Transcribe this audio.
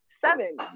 seven